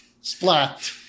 Splat